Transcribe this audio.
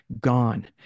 gone